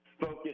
focus